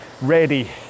ready